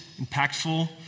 impactful